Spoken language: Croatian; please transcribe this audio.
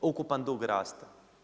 Ukupan dug raste.